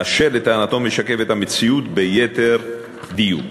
אשר לטענתו משקף את המציאות ביתר דיוק.